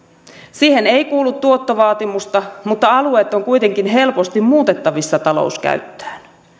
siihen ei kuulu tuottovaatimusta mutta alueet on kuitenkin helposti muutettavissa talouskäyttöön